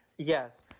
Yes